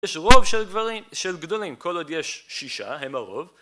יש רוב של גברים, של גדולים, כל עוד יש שישה הם הרוב